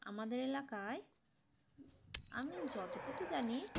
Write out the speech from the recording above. আমাদের এলাকায় আমি যতটুকু জানি